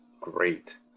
great